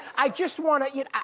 i just wanna eat.